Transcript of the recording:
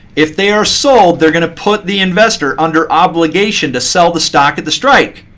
if they are sold, they're going to put the investor under obligation to sell the stock at the strike.